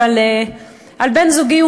על בן-זוגי.